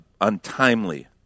untimely